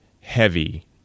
heavy